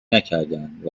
نکردند